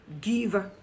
give